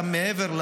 גם מעבר,